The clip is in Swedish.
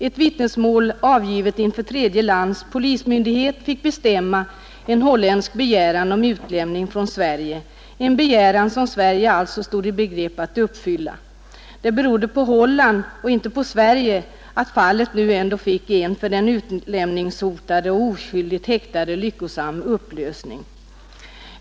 Ett vittnesmål avgivet inför tredje lands polismyndighet fick bestämma en holländsk begäran om utlämning från Sverige, en begäran som Sverige alltså stod i begrepp att uppfylla. Det berodde på Holland och inte på Sverige att fallet ändå fick en för den utlämningshotade och oskyldigt häktade lyckosam upplösning.